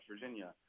Virginia